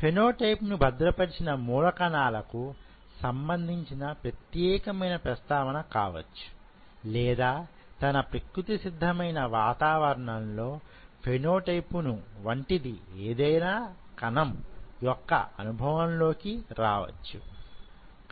feni type ను భద్రపరచిన మూల కణాలకు సంబంధించిన ప్రత్యేకమైన ప్రస్తావన కావచ్చు లేదా తన ప్రకృతిసిద్ధమైన వాతావరణంలో ఫెనో టైప్ ను వంటిది ఏదైనా కణం యొక్క అనుభవం లోకి రావచ్చు